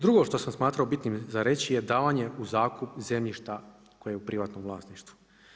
Drugo što sam smatrao bitnim za reći, je davanje u zakup zemljišta koje je u privatnom vlasništvu.